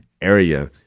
area